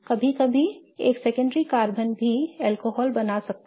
कभी कभी एक सेकेंडरी कार्बन भी अल्कोहल बना सकते हैं